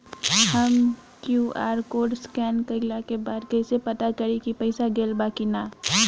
हम QR code scan कइला के बाद कइसे पता करि की पईसा गेल बा की न?